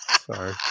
Sorry